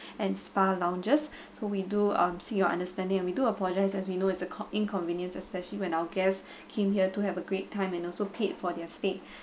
and spa lounges so we do um seek your understanding and we do apologise as we know is a con~ inconvenience especially when our guests came here to have a great time and also paid for their stay